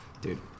dude